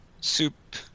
soup